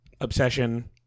obsession